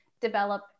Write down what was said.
develop